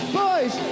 boys